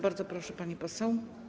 Bardzo proszę, pani poseł.